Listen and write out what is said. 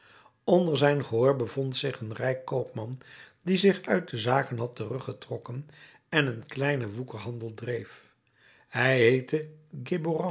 onder zijn gehoor bevond zich een rijk koopman die zich uit de zaken had teruggetrokken en een kleinen woekerhandel dreef hij heette